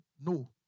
no